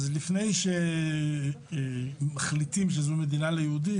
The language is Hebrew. אז לפני שמחליטים שזו מדינה ליהודים,